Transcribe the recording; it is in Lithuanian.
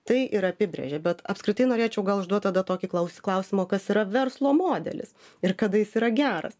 tai ir apibrėžia bet apskritai norėčiau gal užduot tada tokį klaus klausimą o kas yra verslo modelis ir kada jis yra geras